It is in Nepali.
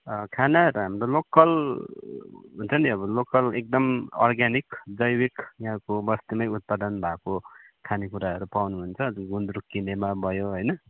खाना त हाम्रो लोकल हुन्छ नि अब लोकल एकदम अर्ग्यानिक जैविक यहाँको बस्तीमै उत्पादन भएको खानेकुराहरू पाउनुहुन्छ जो गुन्द्रुक किनेमा भयो होइन